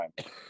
time